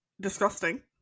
disgusting